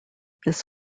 this